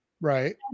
Right